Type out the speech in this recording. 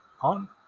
on